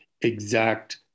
exact